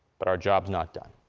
but our job is not done.